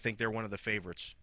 think they're one of the favorites